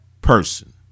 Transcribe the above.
person